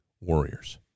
warriors